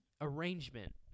arrangement